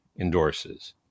endorses